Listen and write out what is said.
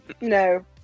no